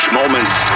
moments